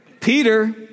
Peter